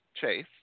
Chase